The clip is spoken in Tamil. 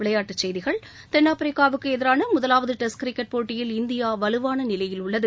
விளையாட்டுச் செய்திகள் தென்னாப்பிரிக்காவுக்கு எதிரான முதலாவது டெஸ்ட் கிரிக்கெட் போட்டியில் இந்தியா வலுவான நிலையில் உள்ளது